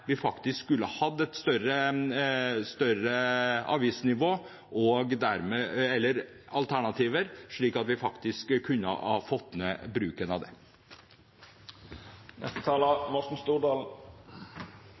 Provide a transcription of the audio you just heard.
vi faktisk skulle hatt et høyere avgiftsnivå og alternativer, slik at vi kunne fått ned den bruken.